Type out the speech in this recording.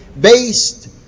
based